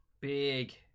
big